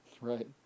Right